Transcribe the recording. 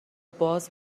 باز